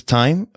time